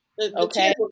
Okay